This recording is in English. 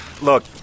Look